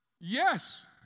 yes